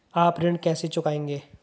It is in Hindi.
आप ऋण कैसे चुकाएंगे?